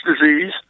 disease